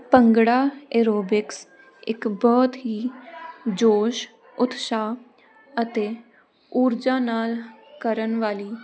bhangra aerobics ਇੱਕ ਬਹੁਤ ਹੀ ਜੋਸ਼ ਉਤਸ਼ਾਹ ਅਤੇ ਊਰਜਾ ਨਾਲ ਕਰਨ ਵਾਲੀ